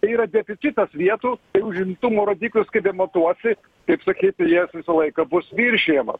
yra deficitas vietų užimtumo rodiklius kaip bematuosi taip sakyti jis visą laiką bus viršijamas